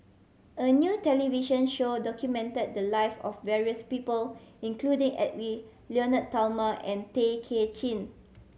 a new television show documented the life of various people including Edwy Lyonet Talma and Tay Kay Chin